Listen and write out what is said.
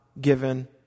given